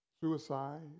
suicide